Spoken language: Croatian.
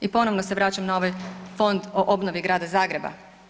I ponovno se vraćan na ovaj Fond o obnovi Grada Zagreba.